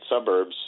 suburbs